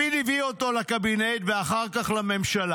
לפיד הביא אותו לקבינט, ואחר כך לממשלה,